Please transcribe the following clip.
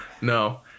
no